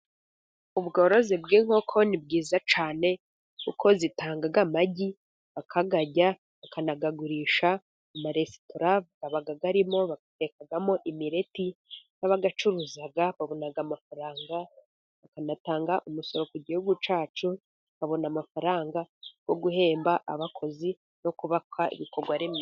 Ubworozi bw'inkoko ni bwiza cyane kuko zitanga amagi bakayarya bakanayagurisha. Mu maresitora aba arimo batekamo imireti, n'abayacuruza babona amafaranga, bakanatanga umusoro ku gihugu cyacu. Babona amafaranga yo guhemba abakozi no kubaka ibikorwaremezo.